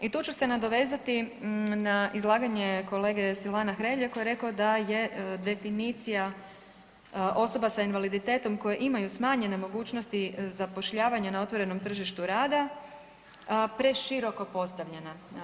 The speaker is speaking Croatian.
I tu ću se nadovezati na izlaganje kolege Silvana Hrelje koji je rekao da je definicija osoba s invaliditetom koje imaju smanjene mogućnosti zapošljavanja na otvorenom tržištu rada preširoko postavljana.